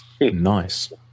Nice